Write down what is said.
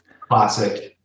Classic